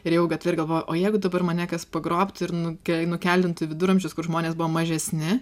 ir ėjau gatve ir galvojau o jeigu dabar mane kas pagrobtų ir nuke nukeldintų į viduramžius kur žmonės buvo mažesni